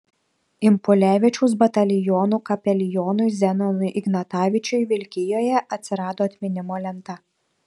impulevičiaus batalionų kapelionui zenonui ignatavičiui vilkijoje atsirado atminimo lenta